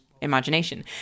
imagination